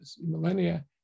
millennia